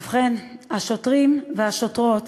ובכן, השוטרים והשוטרות